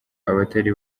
abatari